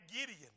Gideon